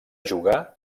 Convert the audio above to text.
jugar